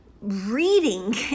reading